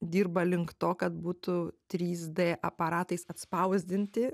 dirba link to kad būtų trys d aparatais atspausdinti